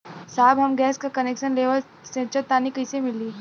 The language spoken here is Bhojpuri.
साहब हम गैस का कनेक्सन लेवल सोंचतानी कइसे मिली?